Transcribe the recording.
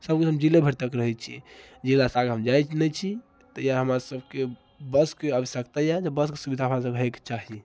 सबदिन हम जिले भरि तक रहैत छी जिलासँ आगा हम जाइत नहि छी तऽ यऽ हमरा सबके बसके आवश्यकता यऽ जे बसके सुविधा हमरा सबके होएके चाही